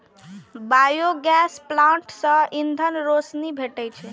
biogas plant सं ईंधन, रोशनी भेटै छै